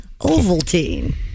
Ovaltine